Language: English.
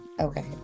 okay